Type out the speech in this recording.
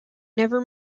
never